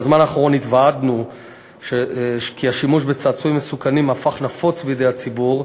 בזמן האחרון התוודענו לכך שהשימוש בצעצועים מסוכנים הפך נפוץ בציבור,